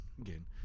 again